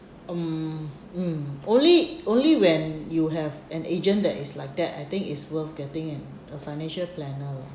um mm only only when you have an agent that is like that I think it's worth getting an a financial planner lah